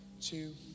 two